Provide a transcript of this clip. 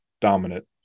dominant